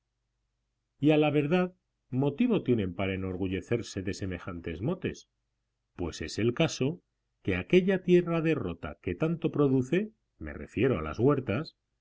a la verdad motivo tienen para enorgullecerse de semejantes motes pues es el caso que aquella tierra de rota que tanto produce me refiero a la de las huertas